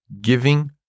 Giving